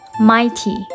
mighty